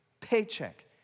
Paycheck